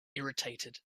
irritated